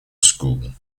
school